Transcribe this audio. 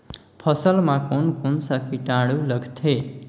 फसल मा कोन कोन सा कीटाणु लगथे?